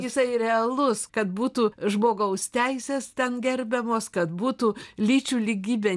jisai realus kad būtų žmogaus teisės ten gerbiamos kad būtų lyčių lygybė